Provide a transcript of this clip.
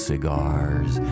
Cigars